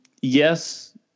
yes